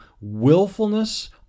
willfulness